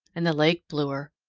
and the lake bluer.